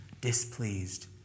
displeased